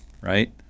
right